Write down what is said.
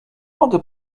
mogę